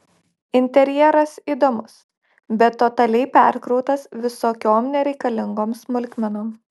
interjeras įdomus bet totaliai perkrautas visokiom nereikalingom smulkmenom